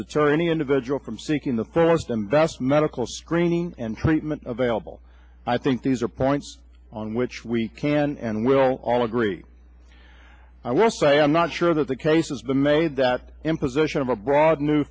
deter any individual from seeking the fullest and that's medical screening and treatment available i think these are points on which we can and will all agree i will say i'm not sure that the cases the made that imposition of a broad new